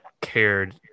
cared